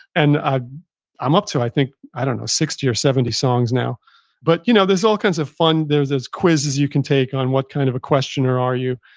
and ah i'm up to, i think, i don't know, sixty or seventy songs now but you know there's all kinds of fun. there's there's quizzes you can take on what kind of a questioner are you.